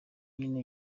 nyene